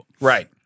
Right